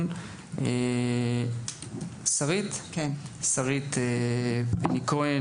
שרית כהן,